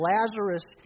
Lazarus